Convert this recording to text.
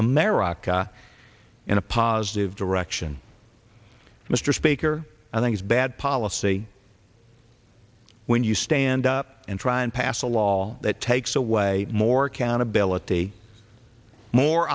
america in a positive direction mr speaker i think it's bad policy when you stand up and try and pass a law that takes away more accountability more